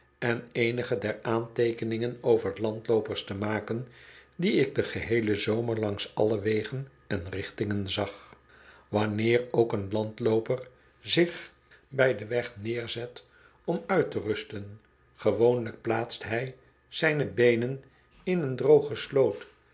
en eenige der aanteekeningen overlandloopers te maken die ik den geheelen zomer langs alle wegen en richtingen zag wanneer ook een landlooper zich bij den weg neerzet om uit te rusten gewoonlijk plaatst hij zijne beenen in een droge sloot